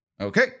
Okay